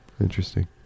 Interesting